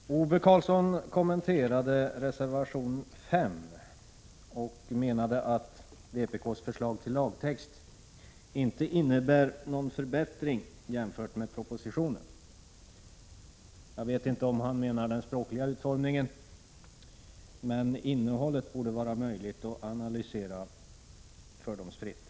Fru talman! Ove Karlsson kommenterade reservation 5 och menade att vpk:s förslag till lagtext inte innebär någon förbättring jämfört med propositionen. Jag vet inte om han avsåg den språkliga utformningen, men innehållet borde vara möjligt att analysera fördomsfritt.